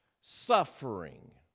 suffering